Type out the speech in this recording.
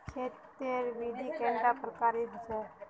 खेत तेर विधि कैडा प्रकारेर होचे?